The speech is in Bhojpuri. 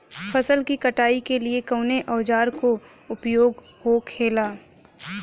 फसल की कटाई के लिए कवने औजार को उपयोग हो खेला?